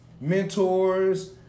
mentors